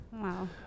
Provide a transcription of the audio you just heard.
Wow